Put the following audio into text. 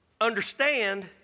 understand